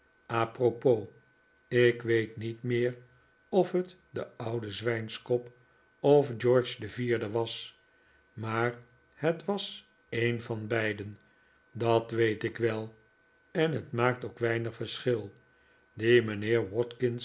propos ik weet niet meer of het de oude zwijnskop of george de vierde was maar het was een van beiden dat weet ik wel en het maakt ook weinig verschil die mijnheer